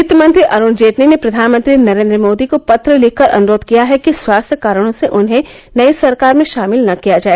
वित्तमंत्री अरूण जेटली ने प्रधानमंत्री नरेन्द्र मोदी को पत्र लिखकर अनुरोध किया है कि स्वास्थ्य कारणों से उन्हें नई सरकार में शामिल न किया जाए